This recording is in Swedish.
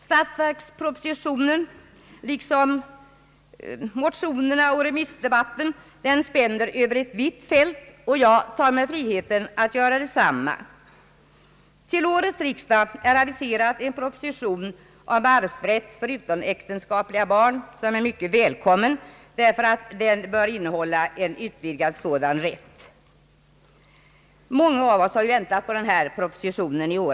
Statsverkspropositionen = liksom motionerna och remissdebatten spänner över ett vitt fält, och jag tar mig friheten att göra detsamma. Till årets riksdag är aviserad en proposition om arvsrätt för utomäktenskapliga barn som är mycket välkommen, då den bör innehålla en utvidgad sådan rätt. Många av oss har i åratal väntat på denna proposition.